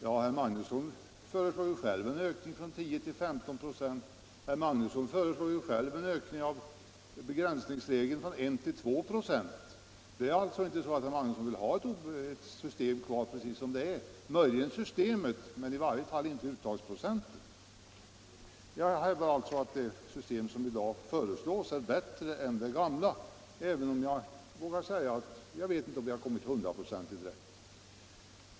Ja, herr Magnusson föreslår själv en ökning från 10 till 15 96 och en höjning av procentsatsen i begränsningsregeln till 2 från 1 96. Herr Magnusson vill alltså inte behålla systemet helt oförändrat, åtminstone inte vad gäller uttagsprocenten. Jag hävdar att de system som föreslås i propositionen är bättre än det gamla, även om jag inte vet om vi hamnat rätt till 100 96.